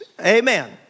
Amen